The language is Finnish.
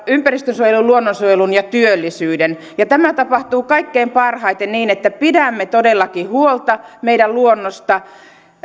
ympäristönsuojelun luonnonsuojelun ja työllisyyden ja tämä tapahtuu kaikkein parhaiten niin että pidämme todellakin huolta meidän luonnosta